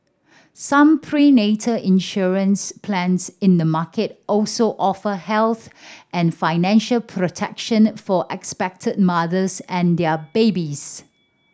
some prenatal insurance plans in the market also offer health and financial protection for expectant mothers and their babies